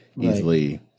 easily